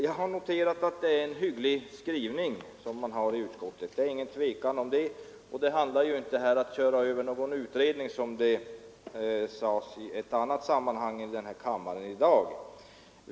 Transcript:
Jag har noterat att utskottets skrivning är välvillig. Det handlar inte, såsom man sagt i ett annat sammanhang i kammaren i dag, om att köra över någon utredning.